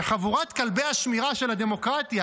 וחבורת כלבי השמירה של הדמוקרטיה,